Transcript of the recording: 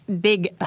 big